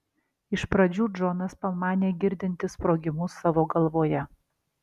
iš pradžių džonas pamanė girdintis sprogimus savo galvoje